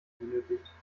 benötigt